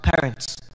parents